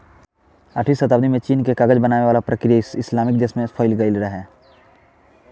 आठवीं सताब्दी में चीन के कागज बनावे वाला प्रक्रिया इस्लामिक देश में फईल गईल